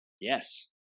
Yes